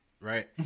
right